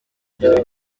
igihugu